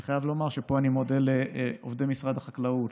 אני חייב לומר שפה אני מודה לעובדי משרד החקלאות,